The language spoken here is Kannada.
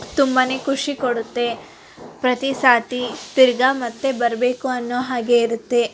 ತುಂಬಾನೇ ಖುಷಿ ಕೊಡುತ್ತೆ ಪ್ರತಿ ಸರ್ತಿ ತಿರುಗ ಮತ್ತೆ ಬರಬೇಕು ಅನ್ನೋ ಹಾಗೆ ಇರುತ್ತೆ